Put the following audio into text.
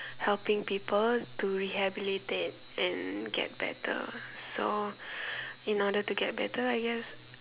helping people to rehabilitate and get better so in order to get better I guess